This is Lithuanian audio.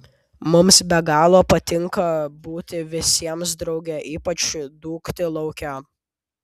mums be galo patinka būti visiems drauge ypač dūkti lauke